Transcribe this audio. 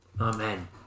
Amen